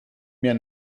mir